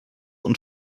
und